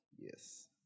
yes